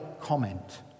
comment